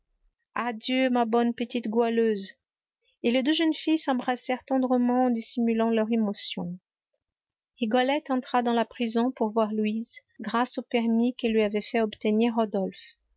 adieu rigolette adieu ma bonne petite goualeuse et les deux jeunes filles s'embrassèrent tendrement en dissimulant leur émotion rigolette entra dans la prison pour voir louise grâce au permis que lui avait fait obtenir rodolphe